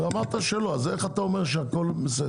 הרי אמרת שלא אז איך אתה אומר שהכול בסדר?